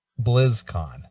BlizzCon